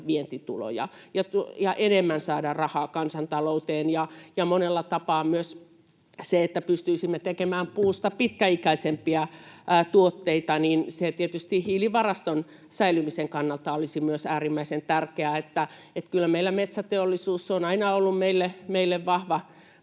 vientituloja ja enemmän saamaan rahaa kansantalouteen. Monella tapaa myös se, että pystyisimme tekemään puusta pitkäikäisempiä tuotteita, olisi tietysti hiilivaraston säilymisen kannalta äärimmäisen tärkeää. Kyllä metsäteollisuus on aina ollut meille vahva